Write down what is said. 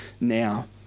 now